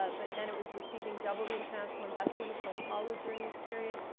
ah but then it was receiving double the internatonal investment of sao um paulo during this period.